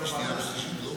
לקריאה השנייה והשלישית,